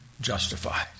justified